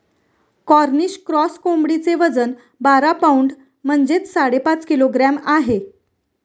Cornish cross कोंबडीचे वजन बारा पौंड म्हणजेच साडेपाच किलोग्रॅम आहे